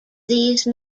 these